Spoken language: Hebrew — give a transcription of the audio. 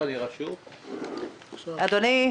אדוני,